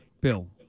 Bill